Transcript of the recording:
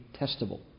testable